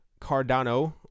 Cardano